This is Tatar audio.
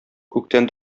күктән